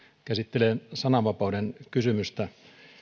käsittelee sananvapauden kysymystä